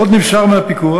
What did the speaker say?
עוד נמסר מהפיקוח,